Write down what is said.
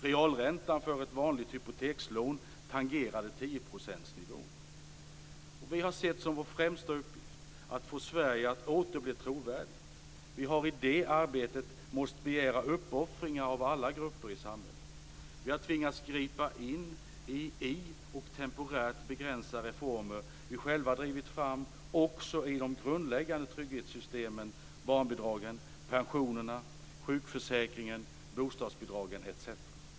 Realräntan för ett vanligt hypotekslån tangerade 10-procentsnivån. Vi har sett som vår främsta uppgift att få Sverige att åter bli trovärdigt. Vi har i det arbetet måst begära uppoffringar av alla grupper i samhället. Vi har tvingats gripa in i och temporärt begränsa reformer vi själva drivit fram också i de grundläggande trygghetssystemen - barnbidragen, pensionerna, sjukförsäkringen, bostadsbidragen etc.